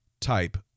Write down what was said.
type